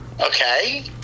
okay